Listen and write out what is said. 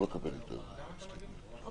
סליחה, חבר הכנסת, הוא רק שבוע בעבודה.